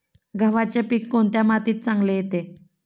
गव्हाचे पीक कोणत्या मातीत चांगले येते?